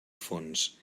fons